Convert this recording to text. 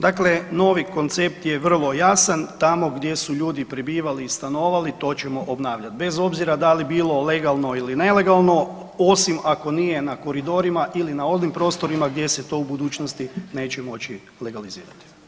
Dakle, novi koncept je vrlo jasan, tamo gdje su ljudi prebivali i stanovali to ćemo obnavljati bez obzira da li bilo legalno ili nelegalno osim ako nije na koridorima ili na onim prostorima gdje se to u budućnosti neće moći legalizirati.